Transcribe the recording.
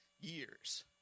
years